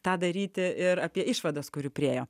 tą daryti ir apie išvadas kurių priėjo